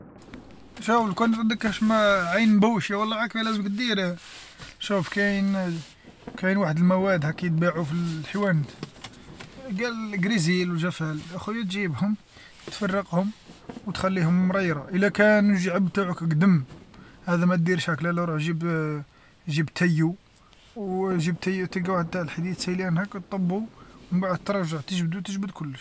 شوف لوكان عندك كاش ما عين مبوشة و لا هاك واش لازم دير ،شوف كاين كاين واحد المواد هاك ينباعو في الحوانت قال قرزيل و جفال يا خويا تجيبهم تفرغهم وتخليهم مريرة الى كانوا الجعب تاوعك قدم هذا ماديرش هاك لا لا روح جيب جيب تيو و تلقا واحد تاع لحديد سيلان هاك طمو ومن بعد ترجع تجبدو تجبد كلش.